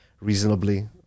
reasonably